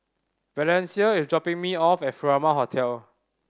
Valencia is dropping me off at Furama Hotel